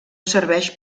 serveix